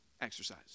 exercise